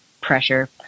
pressure